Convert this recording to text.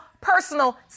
personal